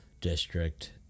district